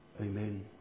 Amen